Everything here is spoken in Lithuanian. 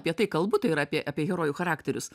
apie tai kalbu tai yra apie apie herojų charakterius